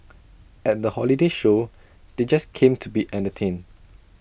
at the holiday show they just came to be entertained